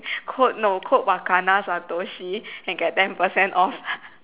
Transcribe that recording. quote no quote and get ten percent off